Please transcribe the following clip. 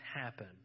happen